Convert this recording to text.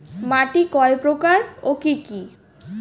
মাটি কয় প্রকার ও কি কি?